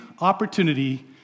opportunity